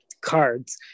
cards